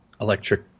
electric